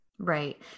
Right